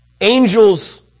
angels